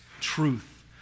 truth